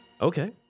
Okay